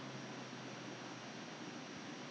很久 leh 比比平时久多 leh